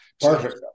Perfect